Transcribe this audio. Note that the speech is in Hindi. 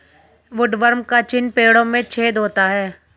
वुडवर्म का चिन्ह पेड़ों में छेद होता है